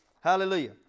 Hallelujah